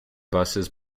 buses